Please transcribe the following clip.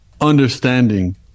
understanding